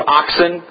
oxen